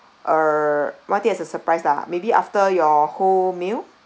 err want it as a surprise lah maybe after your whole meal